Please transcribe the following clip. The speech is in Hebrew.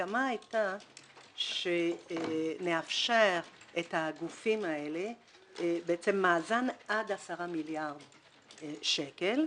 ההסכמה היתה שנאפשר לגופים האלה מאזן עד 10 מיליארד שקל,